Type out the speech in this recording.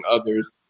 others